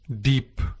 deep